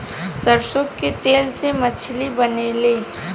सरसों के तेल से मछली बनेले